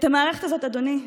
את המערכת הזאת, אדוני,